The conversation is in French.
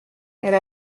elle